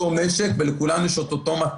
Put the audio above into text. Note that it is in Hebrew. -- שלכולנו יש את אותו משק ולכולנו יש את אותה מטרה